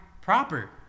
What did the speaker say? proper